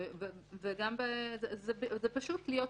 זה פשוט להיות עקבי.